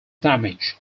damage